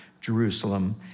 Jerusalem